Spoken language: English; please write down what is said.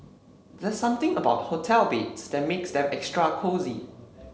there's something about hotel beds that makes them extra cosy